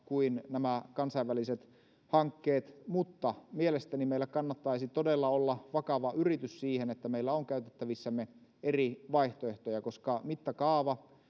kuin nämä kansainväliset hankkeet mutta mielestäni meillä kannattaisi todella olla vakava yritys siihen että meillä on käytettävissämme eri vaihtoehtoja koska mittakaava